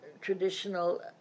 Traditional